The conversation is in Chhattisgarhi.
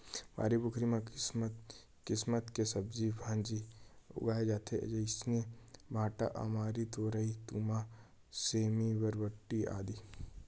बाड़ी बखरी म किसम किसम के सब्जी भांजी उगाय जाथे जइसे भांटा, अमारी, तोरई, तुमा, सेमी, बरबट्टी, आदि